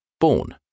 born